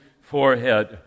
forehead